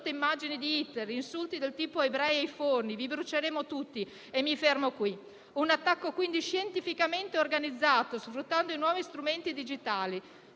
immagini di Hitler, insulti del tipo «Ebrei ai forni», «Vi bruceremo tutti», e mi fermo qui. Si tratta quindi di un attacco scientificamente organizzato, sfruttando i nuovi strumenti digitali.